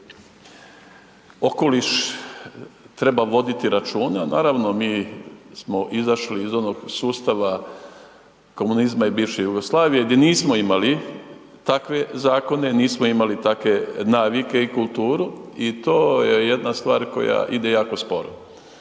okoliš treba voditi računa, naravno mi smo izašli iz onog sustava komunizma i bivše Jugoslavije di nismo imali takve zakone, nismo imali takve navike i kulturu i to je jedna stvar koja ide jako sporo.